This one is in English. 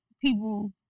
people